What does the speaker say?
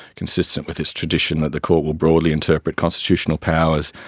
consistent with its tradition that the court will broadly interpret constitutional powers,